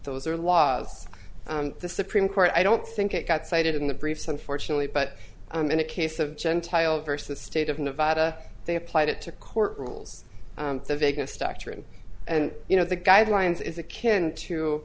those are laws the supreme court i don't think it got cited in the briefs unfortunately but i'm in a case of gentile versus the state of nevada they applied it to court rules the vegas doctrine and you know the guidelines is a kin to